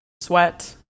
sweat